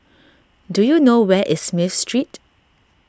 do you know where is Smith Street